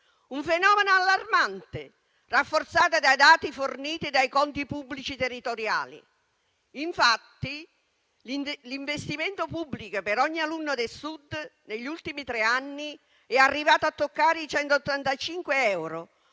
un fenomeno allarmante, rafforzato dai dati forniti dai conti pubblici territoriali. L'investimento pubblico per ogni alunno del Sud, negli ultimi tre anni, è arrivato a toccare i 185 euro,